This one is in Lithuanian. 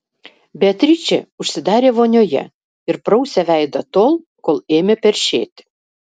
beatričė užsidarė vonioje ir prausė veidą tol kol ėmė peršėti